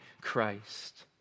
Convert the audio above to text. Christ